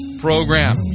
program